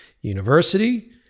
university